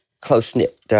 close-knit